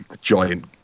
giant